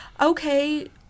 okay